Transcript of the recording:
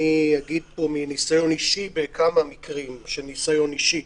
אני אדבר פה על כמה מקרים מניסיון אישי.